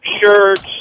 shirts